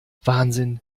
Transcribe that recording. wahnsinn